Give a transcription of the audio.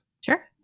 Sure